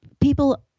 people